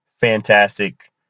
fantastic